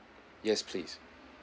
yes please